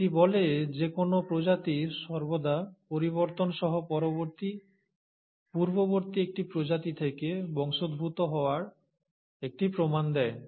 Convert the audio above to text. এটি বলে যে কোনও প্রজাতি সর্বদা পরিবর্তন সহ পূর্ববর্তী একটি প্রজাতি থেকে বংশোদ্ভূত হওয়ার একটি প্রমাণ দেয়